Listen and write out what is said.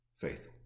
faith